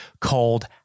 called